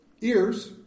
ears